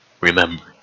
remember